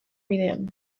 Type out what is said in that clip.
bidean